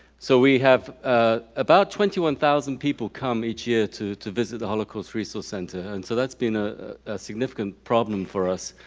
so we have ah about twenty one thousand people come each year to to visit the holocaust resource center and so that's been a significant problem for us,